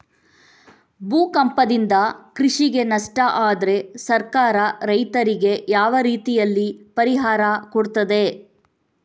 ಭೂಕಂಪದಿಂದ ಕೃಷಿಗೆ ನಷ್ಟ ಆದ್ರೆ ಸರ್ಕಾರ ರೈತರಿಗೆ ಯಾವ ರೀತಿಯಲ್ಲಿ ಪರಿಹಾರ ಕೊಡ್ತದೆ?